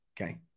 Okay